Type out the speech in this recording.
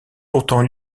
pourtant